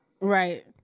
Right